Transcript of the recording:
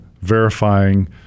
verifying